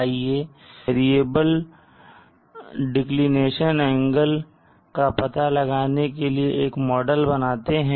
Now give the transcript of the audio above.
आइए variable declination angle δ का पता लगाने के लिए एक मॉडल बनाते हैं